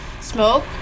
Smoke